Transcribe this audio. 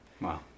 Wow